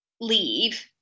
leave